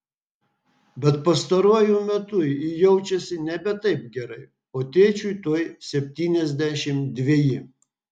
bet pastaruoju metu ji jaučiasi nebe taip gerai o tėčiui tuoj septyniasdešimt dveji